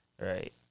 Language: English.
Right